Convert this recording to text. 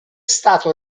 stato